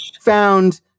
found